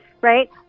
Right